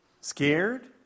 scared